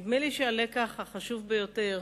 נדמה לי שהלקח החשוב ביותר